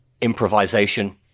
improvisation